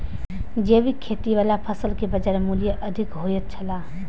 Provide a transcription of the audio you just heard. जैविक खेती वाला फसल के बाजार मूल्य अधिक होयत छला